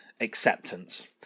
acceptance